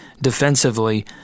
defensively